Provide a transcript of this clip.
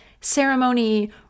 ceremony